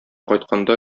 кайтканда